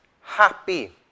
happy